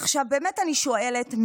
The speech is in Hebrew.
באמת אני שואלת,